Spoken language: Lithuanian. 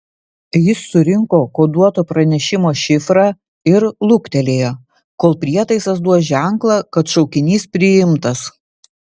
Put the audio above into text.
jis surinko koduoto pranešimo šifrą ir luktelėjo kol prietaisas duos ženklą kad šaukinys priimtas